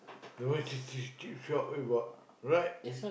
the one cheap cheap cheap shop got right